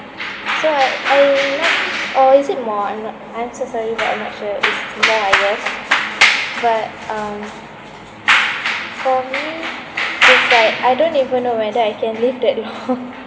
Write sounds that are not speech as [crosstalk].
so I I'm not or is it more I'm not I'm so sorry but I'm not sure is is more higher but um for me is like I don't even know whether I can live that long [laughs]